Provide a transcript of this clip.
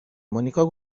مونیکا